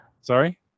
Sorry